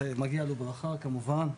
מגיע לו ברכה כמובן,